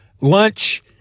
lunch